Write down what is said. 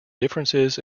differences